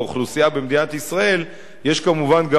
באוכלוסייה במדינת ישראל יש כמובן גם